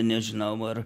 nežinau ar